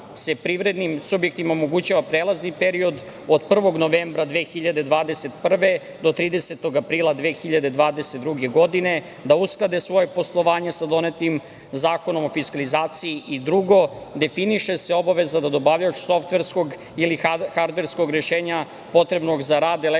se privrednim subjektima omogućava prelazni period od 1. novembra 2021. do 30. aprila 2022. godine, da usklade svoje poslovanje sa donetim Zakonom o fiskalizaciji. Drugo, definiše se obaveza da dobavljač softverskog ili hardverskog rešenja potrebnog za rad elektronskog